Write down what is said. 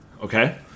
Okay